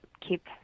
keep